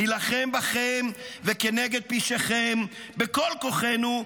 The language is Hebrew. נילחם בכם וכנגד פשעיכם בכל כוחנו,